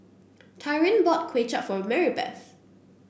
Tyrin bought Kuay Chap for Maribeth